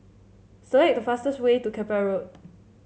select the fastest way to Keppel Road